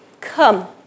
Come